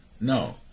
No